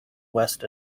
west